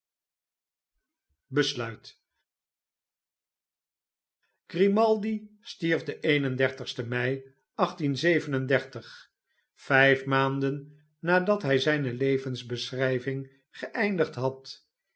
g rimaldi stierf den een en dertigste mei vijf maanden nadat hij zijne levensbeschrij ving geeindigd had